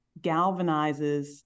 galvanizes